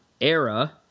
era